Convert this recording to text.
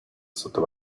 sotto